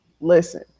listen